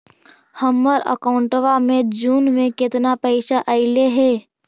हमर अकाउँटवा मे जून में केतना पैसा अईले हे?